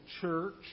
church